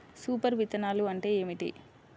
Super విత్తనాలు అంటే ఏమిటి?